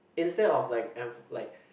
instead of like enf~ like